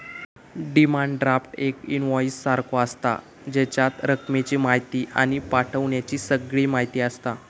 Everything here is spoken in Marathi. डिमांड ड्राफ्ट एक इन्वोईस सारखो आसता, जेच्यात रकमेची म्हायती आणि पाठवण्याची सगळी म्हायती आसता